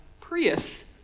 Prius